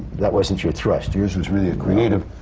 that wasn't your thrust. yours was really a creative